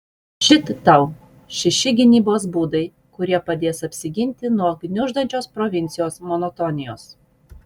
šit tau šeši gynybos būdai kurie padės apsiginti nuo gniuždančios provincijos monotonijos